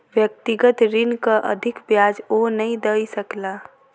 व्यक्तिगत ऋणक अधिक ब्याज ओ नै दय सकला